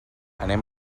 anem